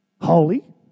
Holy